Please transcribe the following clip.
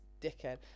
dickhead